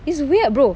it's weird bro